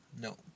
no